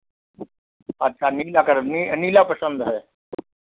अच्छा नीला कलर नी नीला पसंद है